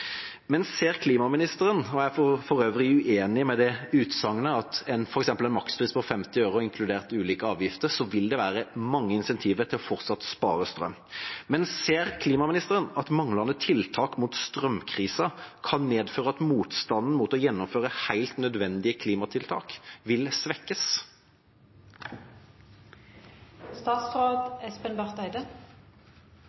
Jeg er for øvrig uenig i det utsagnet; med f.eks. en makspris på 50 øre, og inkludert ulike avgifter, vil det være mange insentiver til fortsatt å spare strøm. Ser klimaministeren at manglende tiltak mot strømkrisen kan medføre at motstanden mot å gjennomføre helt nødvendige klimatiltak vil